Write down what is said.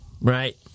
right